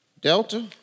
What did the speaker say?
Delta